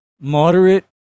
moderate